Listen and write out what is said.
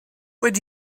would